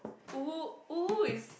uwu uwu is